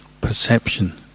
perception